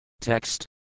Text